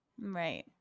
right